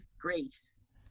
Grace